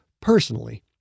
personally